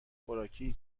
خوراکی